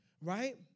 Right